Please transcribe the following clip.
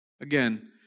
Again